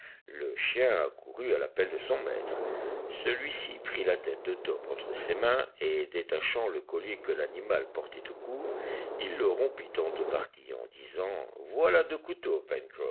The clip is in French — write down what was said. le chien accourut à l'appel de son maître celui-ci prit la tête de top entre ses mains et détachant le collier que l'animal portait au cou il le rompit en deux parties en disant voilà deux couteaux